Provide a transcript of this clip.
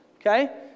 okay